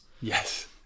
Yes